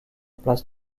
place